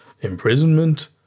imprisonment